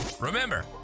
remember